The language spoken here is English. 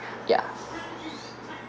ya